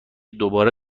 دوباره